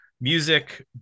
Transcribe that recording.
music